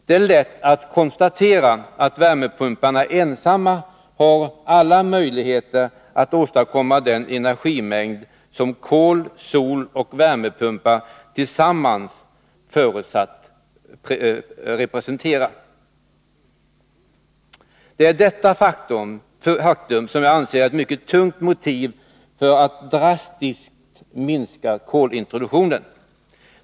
Det är lätt att konstatera att värmepumparna ensamma har alla möjligheter att åstadkomma den energimängd som kol, sol och värmepumpar tillsammans förutsattes representera. Det är detta faktum som jag anser är ett mycket tungt motiv för att drastiskt minska kolintroduktionen.